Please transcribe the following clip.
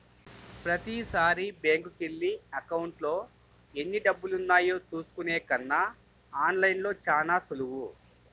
ప్రతీసారీ బ్యేంకుకెళ్ళి అకౌంట్లో ఎన్నిడబ్బులున్నాయో చూసుకునే కన్నా ఆన్ లైన్లో చానా సులువు